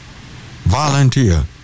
volunteer